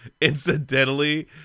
incidentally